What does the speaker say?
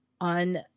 On